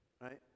right